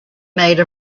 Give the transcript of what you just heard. made